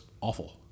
awful